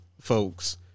folks